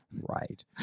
Right